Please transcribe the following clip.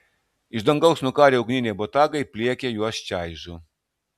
iš dangaus nukarę ugniniai botagai pliekia juos čaižo